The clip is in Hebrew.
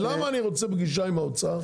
למה אני רוצה פגישה עם האוצר?